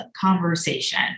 conversation